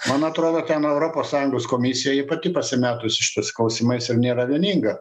man atrodo ten europos sąjungos komisija ji pati pasimetusi šitais klausimais ir nėra vieninga